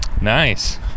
Nice